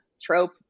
trope